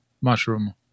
mushroom